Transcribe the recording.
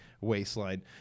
waistline